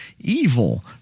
evil